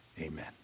Amen